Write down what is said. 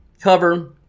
cover